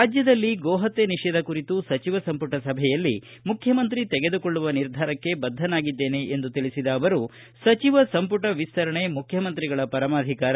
ರಾಜ್ಜದಲ್ಲಿ ಗೋಹತ್ತೆ ನಿಷೇಧ ಕುರಿತು ಸಚಿವ ಸಂಪುಟ ಸಭೆಯಲ್ಲಿ ಮುಖ್ಯಮಂತ್ರಿ ತೆಗೆದುಕೊಳ್ಳುವ ನಿರ್ಧಾರಕ್ಕೆ ಬದ್ದನಾಗಿದ್ದೇನೆ ಎಂದ ಅವರು ಸಚಿವ ಸಂಪುಟ ವಿಸ್ತರಣೆ ಮುಖ್ಯಮಂತ್ರಿಗಳ ಪರಮಾಧಿಕಾರ